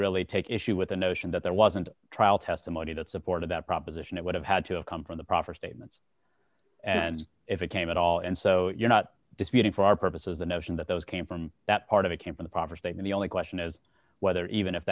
really take issue with the notion that there wasn't trial testimony that supported that proposition it would have had to come from the proffer statement and if it came at all and so you're not disputing for our purposes the notion that those came from that part of it came from the proper state and the only question is whether even if